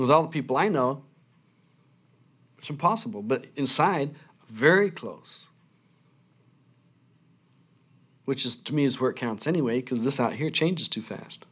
with all the people i know it's impossible but inside very close which is to me is where it counts anyway because this out here changes too fast